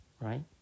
right